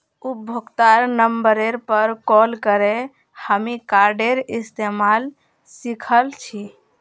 उपभोक्तार नंबरेर पर कॉल करे हामी कार्डेर इस्तमाल सिखल छि